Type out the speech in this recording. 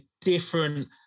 different